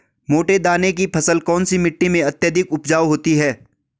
मोटे दाने की फसल कौन सी मिट्टी में अत्यधिक उपजाऊ होती है?